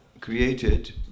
created